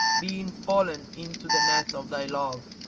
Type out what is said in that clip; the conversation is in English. being fallen into the net of thy love.